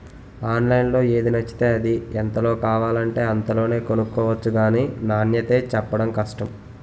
ఆన్లైన్లో ఏది నచ్చితే అది, ఎంతలో కావాలంటే అంతలోనే కొనుక్కొవచ్చు గానీ నాణ్యతే చెప్పడం కష్టం